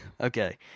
okay